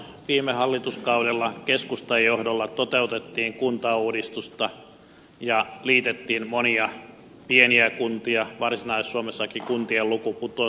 viime hallituskaudella keskustan johdolla toteutettiin kuntauudistusta ja liitettiin monia pieniä kuntia varsinais suomessakin kuntien luku putosi puoleen